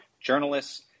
Journalists